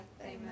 Amen